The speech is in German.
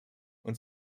und